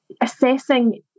assessing